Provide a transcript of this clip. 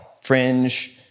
fringe